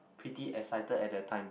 pretty excited at the time